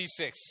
C6